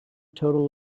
total